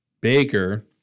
Baker